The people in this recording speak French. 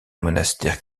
monastère